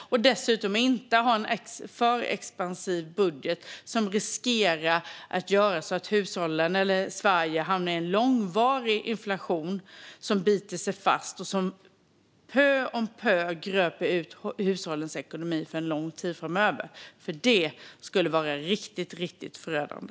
Vi får dessutom heller inte ha en alltför expansiv budget som riskerar att göra så att Sverige hamnar i långvarig inflation som biter sig fast och som pö om pö gröper ur hushållens ekonomi för lång tid framöver. Det skulle vara riktigt förödande.